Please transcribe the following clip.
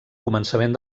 començament